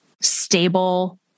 stable